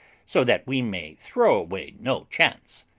so that we may throw away no chance.